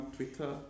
Twitter